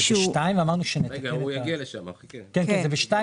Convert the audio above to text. זה ב-2 אמרנו כן זה ב-2,